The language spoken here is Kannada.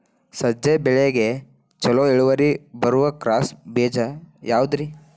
ಸಜ್ಜೆ ಬೆಳೆಗೆ ಛಲೋ ಇಳುವರಿ ಬರುವ ಕ್ರಾಸ್ ಬೇಜ ಯಾವುದ್ರಿ?